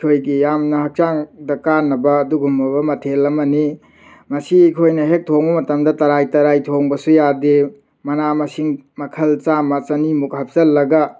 ꯑꯩꯈꯣꯏꯒꯤ ꯌꯥꯝꯅ ꯍꯛꯆꯥꯡꯗ ꯀꯥꯟꯅꯕ ꯑꯗꯨꯒꯨꯝꯂꯕ ꯃꯊꯦꯜ ꯑꯃꯅꯤ ꯃꯁꯤ ꯑꯩꯈꯣꯏꯅ ꯍꯦꯛ ꯊꯣꯡꯕ ꯃꯇꯝꯗ ꯇꯔꯥꯏ ꯇꯔꯥꯏ ꯊꯣꯡꯕꯁꯨ ꯌꯥꯗꯦ ꯃꯅꯥ ꯃꯁꯤꯡ ꯃꯈꯜ ꯆꯥꯝꯃ ꯆꯅꯤꯃꯨꯛ ꯍꯥꯞꯆꯤꯜꯂꯒ